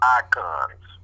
icons